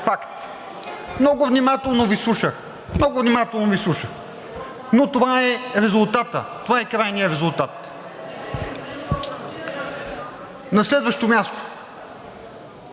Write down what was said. много внимателно Ви слушах, но това е резултатът, това е крайният резултат. На следващо място,